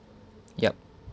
yup